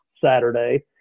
Saturday